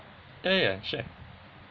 yeah yeah share